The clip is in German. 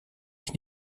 ich